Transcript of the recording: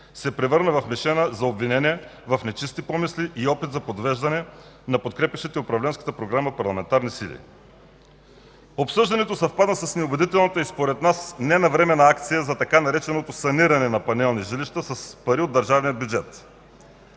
се превърна в мишена за обвинение в нечисти помисли и опит за подвеждане на подкрепящите управленската програма парламентарни сили. Обсъждането съвпада с неубедителната и според нас ненавременна акция за така нареченото „саниране на панелни жилища” с пари от държавния бюджет.